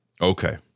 Okay